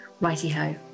Righty-ho